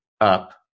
up